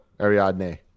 Ariadne